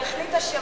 הוא החליט השבוע,